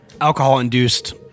alcohol-induced